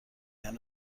میان